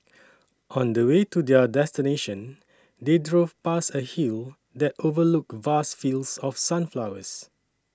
on the way to their destination they drove past a hill that overlooked vast fields of sunflowers